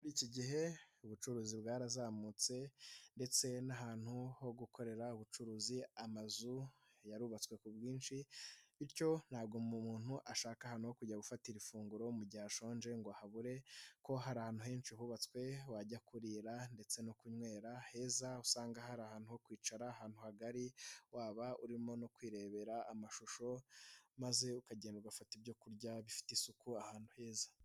Iki gihe ubucuruzi bwarazamutse ndetse n'ahantu ho gukorera ubucuruzi amazu yarubatswe ku bwinshi bityo ntabwo umuntu ashaka ahantu ho kujya gufatira ifunguro mu gihe ashonje ngo habure kuko hari ahantu henshi hubatswe wajya kurira ndetse no kunywera heza. Usanga hari ahantu ho kwicara ahantu hagari waba urimo no kwirebera amashusho maze ukagenda ugafata ibyo kurya bifite isuku ahantu heza.